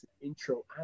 intro